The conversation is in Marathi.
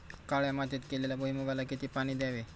काळ्या मातीत केलेल्या भुईमूगाला किती पाणी द्यावे?